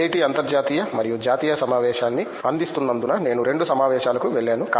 IIT అంతర్జాతీయ మరియు జాతీయ సమావేశాన్ని అందిస్తున్నందున నేను రెండు సమావేశాలకు వెళ్ళాను